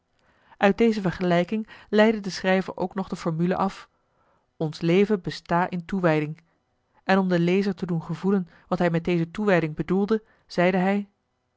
uit deze vergelijking leidde de schrijver ook nog de formule af ons leven besta in toewijding en om de lezer te doen gevoelen wat hij met deze toewijding bedoelde zeide hij